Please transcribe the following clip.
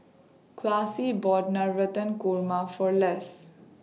Classie bought Navratan Korma For Les